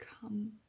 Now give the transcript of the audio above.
come